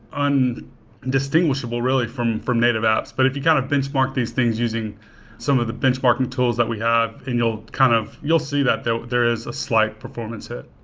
and undistinguishable, really, from from native apps. but if you kind of benchmark these things using some of the benchmarking tools that we have and you'll kind of you'll see that there there is a slight performance hit.